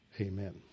amen